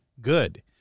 good